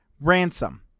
Ransom